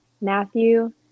Matthew